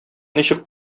ничек